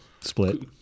Split